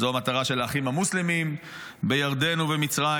זו המטרה של האחים המוסלמים בירדן ובמצרים,